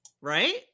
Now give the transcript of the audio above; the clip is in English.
Right